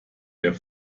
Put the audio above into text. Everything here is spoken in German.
der